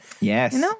Yes